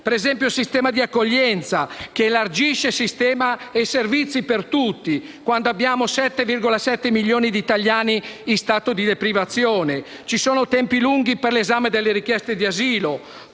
ancora il sistema di accoglienza, che elargisce servizi per tutti, quando abbiamo 7,7 milioni di italiani in stato di deprivazione. Ci sono tempi lunghi per l'esame delle richieste d'asilo